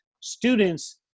students